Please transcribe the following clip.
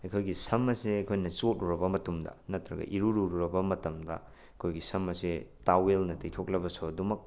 ꯑꯩꯈꯣꯏꯒꯤ ꯁꯝ ꯑꯁꯦ ꯑꯩꯈꯣꯏꯅ ꯆꯣꯠꯂꯨꯔꯕ ꯃꯇꯝꯗ ꯅꯠꯇ꯭ꯔꯒ ꯏꯔꯨ ꯂꯨꯔꯨꯕ ꯃꯇꯝꯗ ꯑꯩꯈꯣꯏꯒꯤ ꯁꯝ ꯑꯁꯦ ꯇꯥꯋꯦꯜꯅ ꯇꯩꯊꯣꯛꯂꯕꯁꯨ ꯑꯗꯨꯝꯃꯛ